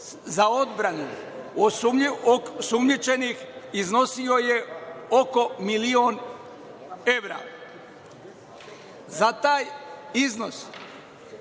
za odbranu osumnjičenih iznosili su oko milion evra.Za taj iznos